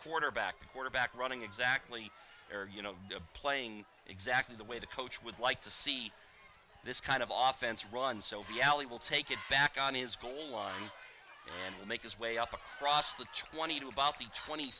quarterback quarterback running exactly or you know playing exactly the way the coach would like to see this kind of off ends run so be allie will take it back on his goal line and make his way up a cross the twenty tw